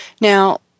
Now